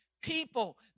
people